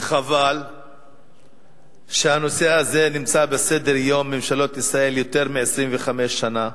חבל שהנושא הזה נמצא על סדר-היום של ממשלות ישראל יותר מ-25 שנה.